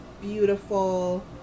beautiful